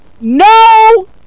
no